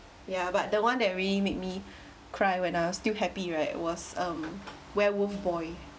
ya but the one that really made me cry when I was still happy right was um werewolf boy